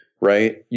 right